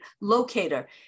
locator